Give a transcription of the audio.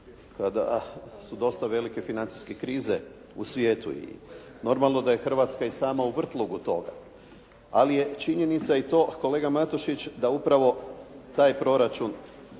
kada su dosta velike financijske krize u svijetu i normalno da je Hrvatska i sama u vrtlogu toga, ali je činjenica i to, kolega Matušić da upravo taj proračun,